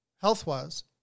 health-wise